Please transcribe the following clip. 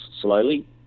slowly